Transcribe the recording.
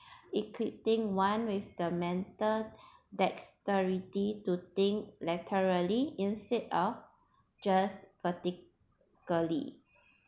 equipping one with the mental dexterity to think laterally instead of just practically